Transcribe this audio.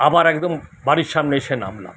আবার একদম বাড়ির সামনে এসে নামলাম